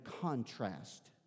contrast